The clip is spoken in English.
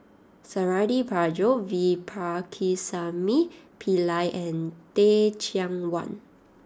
Suradi Parjo V Pakirisamy Pillai and Teh Cheang Wan